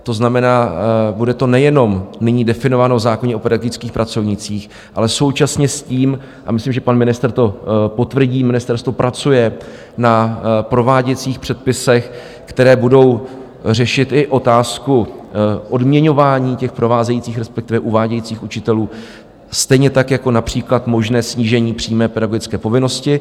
To znamená, bude to nejenom, není definováno v zákoně o pedagogických pracovních, ale současně s tím, a myslím, že pan ministr to potvrdí, ministerstvo pracuje na prováděcích předpisech, které budou řešit i otázku odměňování těch provázejících, respektive uvádějících učitelů, stejně tak jako například možné snížení přímé pedagogické povinnosti.